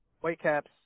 Whitecaps